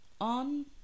on